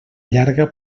llarga